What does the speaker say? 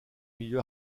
milieu